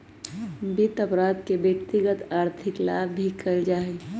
वित्त अपराध के व्यक्तिगत आर्थिक लाभ ही ला कइल जा हई